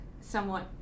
somewhat